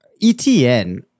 etn